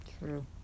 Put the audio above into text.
True